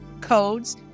codes